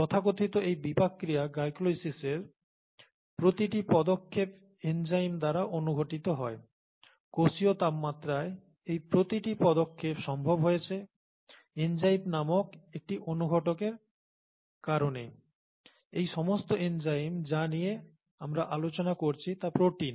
তথাকথিত এই বিপাক ক্রিয়া গ্লাইকোলিসিসের প্রতিটি পদক্ষেপ এনজাইম দ্বারা অনুঘটিত হয় কোষীয় তাপমাত্রায় এই প্রতিটি পদক্ষেপ সম্ভব হয়েছে এনজাইম নামক একটি অনুঘটকের কারণে এই সমস্ত এনজাইম যা নিয়ে আমরা আলোচনা করছি তা প্রোটিন